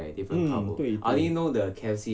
mm 对对对